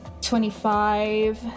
Twenty-five